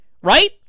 Right